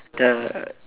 the